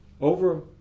Over